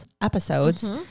episodes